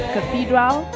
Cathedral